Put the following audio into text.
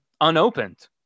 unopened